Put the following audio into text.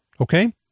okay